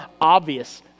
obvious